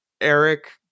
eric